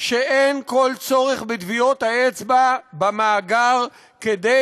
שאין כל צורך בטביעות האצבע במאגר כדי